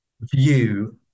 view